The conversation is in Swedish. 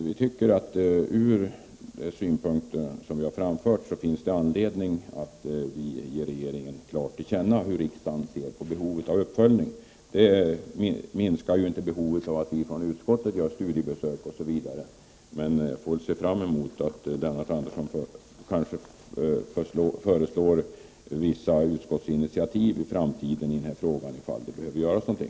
Det är ur den synpunkten som vi reservanter har framfört att det finns anledning för riksdagen att ge regeringen klart till känna hur vi ser på behovet av uppföljning. Det minskar inte behovet av att utskottet gör studiebesök m.m., men jag ser fram emot att Lennart Andersson föreslår vissa utskottsinitiativ i denna fråga i framtiden om det behöver göras någonting.